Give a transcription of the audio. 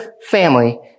family